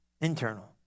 internal